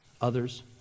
others